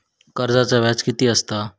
कर्जाचा व्याज कीती असता?